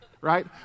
right